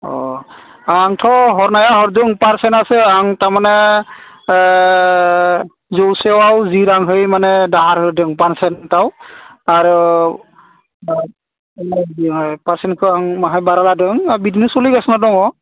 अ आंथ' हरनाया हरदों पारसेन्टआसो आं थारमाने जौसेयाव जि राङै माने दाहार होदों पारसेन्टआव आरो पारसेन्टखौ आं माहाय बारा लादों आं बिदिनो सलिगासिनो दङ